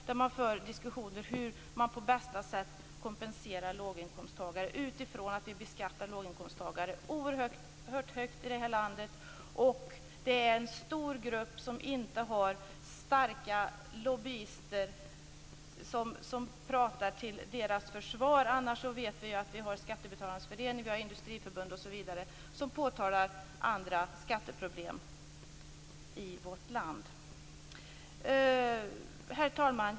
Man för diskussioner om hur man på bästa sätt kompenserar låginkomsttagare, med tanke på att vi beskattar låginkomsttagare oerhört högt i det här landet. Och det är en stor grupp som inte har någon stark lobby som pratar till dess försvar. Vi har ju Skattebetalarnas förening, Industriförbundet osv. som påtalar andra skatteproblem i vårt land. Herr talman!